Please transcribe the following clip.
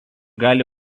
gali